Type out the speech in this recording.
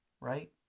right